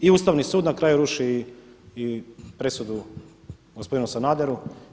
I Ustavni sud na kraju ruši i presudu gospodinu Sanaderu.